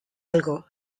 algo